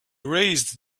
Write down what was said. raised